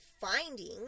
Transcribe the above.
finding